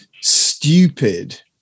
stupid